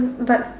but